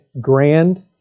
grand